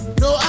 no